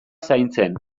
zaintzen